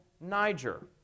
Niger